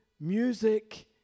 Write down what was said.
music